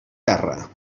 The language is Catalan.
terra